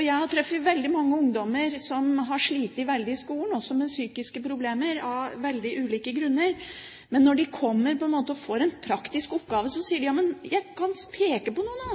Jeg har truffet veldig mange ungdommer som har slitt veldig i skolen, og også med psykiske problemer, av veldig ulike grunner. Men når de får en praktisk oppgave, sier de: Jammen, jeg kan peke på noe nå, det står der, dette har jeg gjort, jeg har faktisk fått det til. Derfor er jobben så